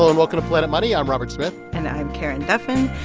ah and welcome to planet money. i'm robert smith and i'm karen duffin.